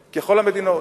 המדינות.